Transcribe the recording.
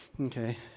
okay